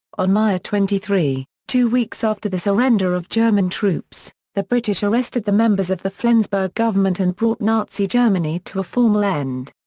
on may twenty three, two weeks after the surrender of german troops, the british arrested the members of the flensburg government and brought nazi germany to a formal end.